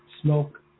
smoke